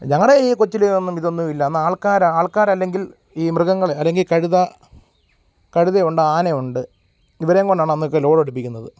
ഞങ്ങളുടെ ഈ കൊച്ചിലേ ഒന്നും ഇതൊന്നും ഇല്ല അന്ന് ആള്ക്കാർ ആള്ക്കാർ അല്ലെങ്കില് ഈ മൃഗങ്ങൾ അല്ലെങ്കിൽ കഴുത കഴുതയുണ്ട് ആനയുണ്ട് ഇവരേയും കൊണ്ടാണ് അന്നൊക്കെ ലോഡ് എടുപ്പിക്കുന്നത്